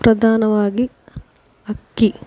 ಪ್ರಧಾನವಾಗಿ ಅಕ್ಕಿ